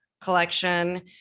Collection